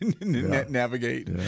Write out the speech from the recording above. navigate